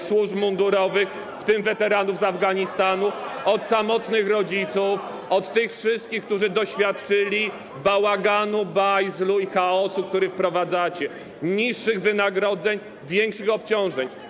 służb mundurowych, w tym weteranów z Afganistanu, od samotnych rodziców, od tych wszystkich, którzy doświadczyli bałaganu, bajzlu i chaosu, który wprowadzacie - niższych wynagrodzeń, większych obciążeń.